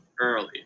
early